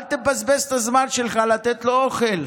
אל תבזבז את הזמן שלך על לתת לו אוכל,